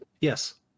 Yes